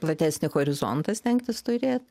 platesnį horizontą stengtis turėt